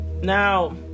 Now